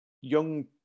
young